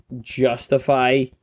justify